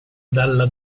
dalla